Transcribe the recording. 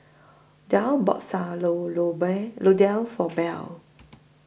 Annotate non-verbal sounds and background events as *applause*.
Dale bought Sayur *unintelligible* Lodeh For Bell